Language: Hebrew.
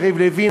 יריב לוין,